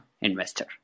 investor